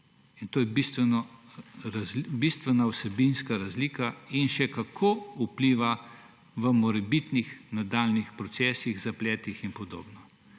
in to je bistvena vsebinska razlika in še kako vpliva v morebitnih nadaljnjih procesih, zapletih in podobno.